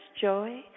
joy